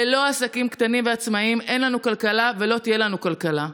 ללא עסקים קטנים ועצמאים אין לנו כלכלה ולא תהיה לנו כלכלה.